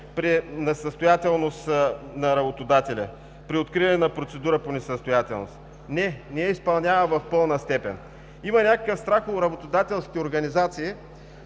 при несъстоятелност на работодателя, при откриване на процедура по несъстоятелност? – Не! Не я изпълнява в пълна степен! Има някакъв страх в работодателски организации